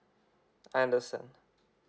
I understand